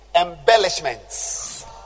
embellishments